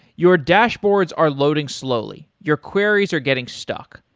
your dashboards are loading slowly, your queries are getting stuck,